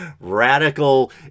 radical